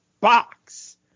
box